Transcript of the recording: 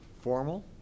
formal